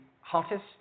hottest